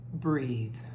Breathe